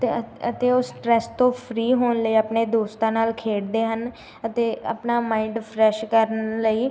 ਅਤੇ ਅਤੇ ਉਹ ਸਟਰੈਸ ਤੋਂ ਫਰੀ ਹੋਣ ਲਈ ਆਪਣੇ ਦੋਸਤਾਂ ਨਾਲ ਖੇਡਦੇ ਹਨ ਅਤੇ ਆਪਣਾ ਮਾਇੰਡ ਫਰੈਸ਼ ਕਰਨ ਲਈ